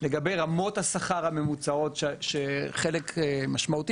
לגבי רמות השכר הממוצעות שחלק משמעותי